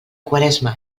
quaresma